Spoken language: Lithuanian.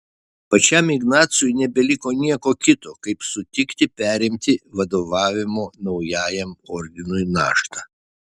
pačiam ignacui nebeliko nieko kito kaip sutikti perimti vadovavimo naujajam ordinui naštą